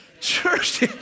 church